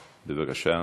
בבקשה.